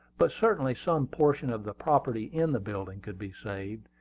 but certainly some portion of the property in the building could be saved,